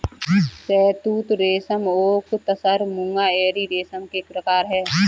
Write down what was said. शहतूत रेशम ओक तसर मूंगा एरी रेशम के प्रकार है